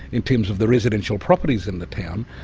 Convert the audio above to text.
in terms of the residential properties in the town,